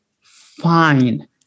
fine